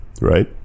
right